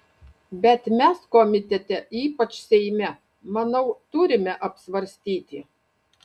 bet mes komitete ypač seime manau turime apsvarstyti